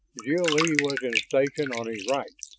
jil-lee was in station on his right.